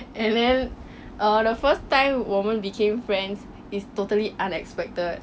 and then err the first time 我们 became friends is totally unexpected